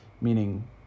meaning